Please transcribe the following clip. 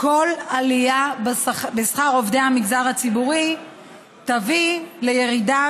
כל עלייה בשכר עובדי המגזר הציבורי תביא לירידה